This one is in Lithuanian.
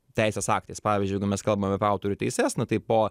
teisės aktais pavyzdžiui jeigu mes kalbam apie autorių teises na tai po